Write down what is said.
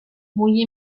muy